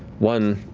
one,